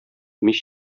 мич